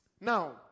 Now